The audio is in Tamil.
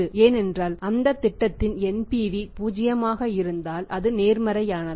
ஏனென்றால் அந்த திட்டத்தின் NPV பூஜ்ஜியமாக இருந்தால் அது நேர்மறையானது